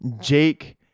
Jake